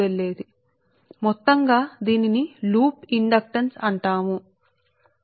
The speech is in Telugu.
కాబట్టి పూర్తిగా దీనిని లూప్ ఇండక్టెన్స్ అంటారు సరే